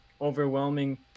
overwhelming